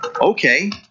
Okay